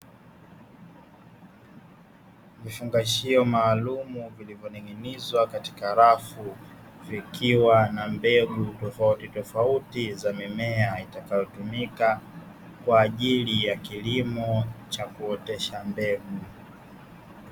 Vifungashio maalum vilivyoning'inizwa katika rafu vikiwa na mbegu tofautitofauti za mimea itakayotumika kwa ajili ya kilimo cha kuotesha mbegu.